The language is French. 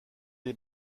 les